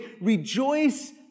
rejoice